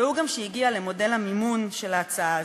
והוא גם שהגיע למודל המימון של ההצעה הזאת,